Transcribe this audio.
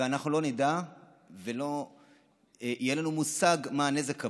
ואנחנו לא נדע ולא יהיה לנו מושג מה הנזק הבא.